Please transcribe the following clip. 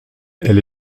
elle